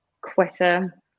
quitter